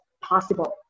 possible